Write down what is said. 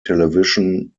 television